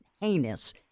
heinous